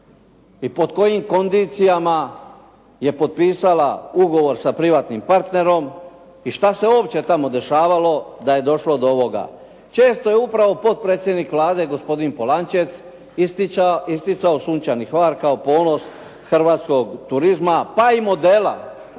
i pod kojim kondicijama je potpisala ugovor sa privatnim partnerom i šta se uopće tamo dešavalo da je došlo do ovoga. Često je upravo potpredsjednik Vlade, gospodin Polančec isticao "Sunčani Hvar" kao ponos hrvatskog turizma pa i modela